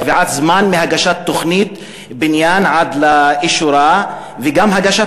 קביעת זמן מהגשת תוכנית בניין עד לאישורה והגשת